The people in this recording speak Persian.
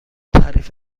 تعریف